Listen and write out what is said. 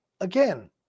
Again